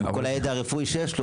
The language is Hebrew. עם כל הידע הרפואי שיש לו,